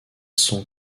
son